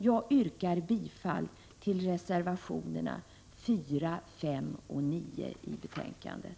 Jag yrkar bifall till reservationerna 4, 5 och 9 vid betänkandet.